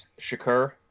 Shakur